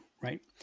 right